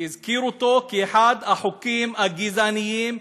הזכיר אותו כאחד החוקים הגזעניים,